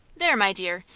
there, my dear,